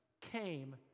came